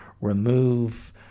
remove